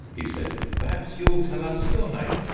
he said, perhaps you'll tell us your name.